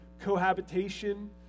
cohabitation